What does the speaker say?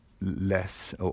less